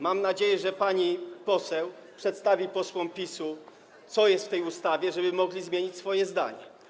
Mam nadzieję, że pani poseł przedstawi posłom PiS-u, co jest w tej ustawie, żeby mogli zmienić zdanie.